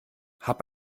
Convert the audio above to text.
hab